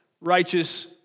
righteous